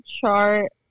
chart